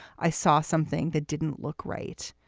i saw something that didn't look right.